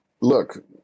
look